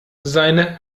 seine